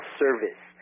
service